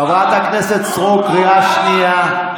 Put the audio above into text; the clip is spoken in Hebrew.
חברת הכנסת סטרוק, קריאה שנייה.